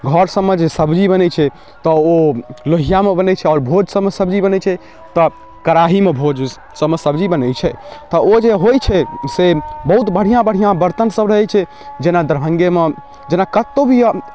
घर सबमे जे सब्जी बनै छै तऽ ओ लोहियामे बनै छै आओर भोज सबमे सब्जी बनै छै तऽ कड़ाहीमे भोज सबमे सब्जी बनै छै तऽ ओ जे होइ छै से बहुत बढ़िआँ बढ़िआँ बर्तन सब रहै छै जेना दरभंगेमे जेना कतौ भी